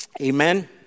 Amen